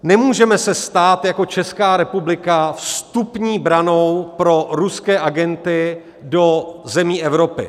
Nemůžeme se stát jako Česká republika vstupní branou pro ruské agenty do zemí Evropy.